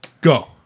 Go